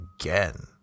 again